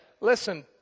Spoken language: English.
listen